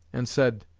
and said,